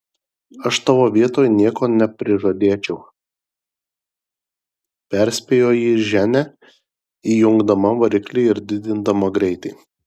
aš tavo vietoj nieko neprižadėčiau perspėjo jį ženia įjungdama variklį ir didindama greitį